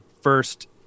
first